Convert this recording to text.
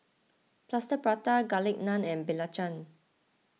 Plaster Prata Garlic Naan and Belacan